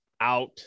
out